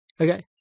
Okay